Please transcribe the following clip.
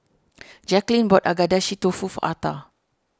Jacquelynn bought Agedashi Dofu for Arta